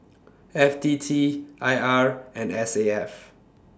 F T T I R and S A F